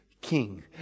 King